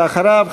ואחריו,